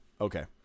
Okay